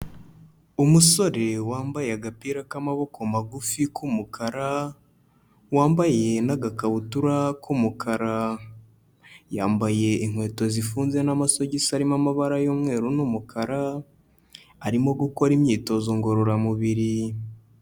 Umusore wambaye agapira k'amaboko magufi k'umukara, wambaye n'agakabutura k'umukara, yambaye inkweto zifunze n'amasogisi arimo amabara y'umweru n'umukara, arimo gukora imyitozo ngororamubiri.